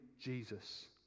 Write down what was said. Jesus